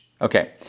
Okay